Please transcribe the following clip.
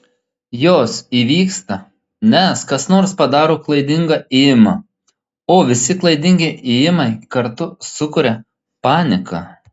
jos įvyksta nes kas nors padaro klaidingą ėjimą o visi klaidingi ėjimai kartu sukuria paniką